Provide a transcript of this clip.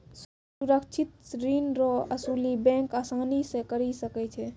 सुरक्षित ऋण रो असुली बैंक आसानी से करी सकै छै